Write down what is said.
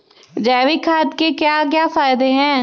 जैविक खाद के क्या क्या फायदे हैं?